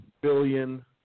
billion